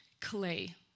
clay